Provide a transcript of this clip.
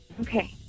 Okay